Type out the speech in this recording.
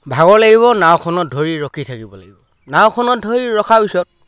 ভাগৰ লাগিব নাওখনত ধৰি ৰখি থাকিব লাগিব নাওখনত ধৰি ৰখাৰ পিছত